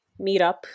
meetup